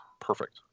perfect